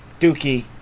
Dookie